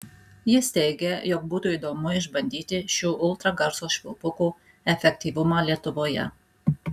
jis teigė jog būtų įdomu išbandyti šių ultragarso švilpukų efektyvumą lietuvoje